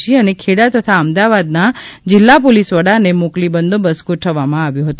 જી અને ખેડા તથા અમદાવાદના જિલ્લા પોલીસ વડાને મોકલી બંદોબસ્ત ગોઠવવામાં આવ્યો હતો